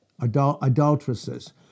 adulteresses